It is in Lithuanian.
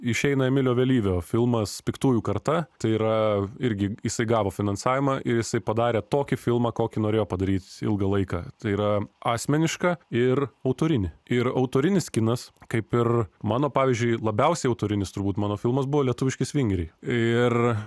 išeina emilio vėlyvio filmas piktųjų karta tai yra irgi jisai gavo finansavimą ir jisai padarė tokį filmą kokį norėjo padaryt ilgą laiką tai yra asmenišką ir autorinį ir autorinis kinas kaip ir mano pavyzdžiui labiausiai autorinis turbūt mano filmas buvo lietuviški svingeriai ir